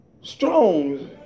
Strong